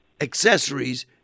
accessories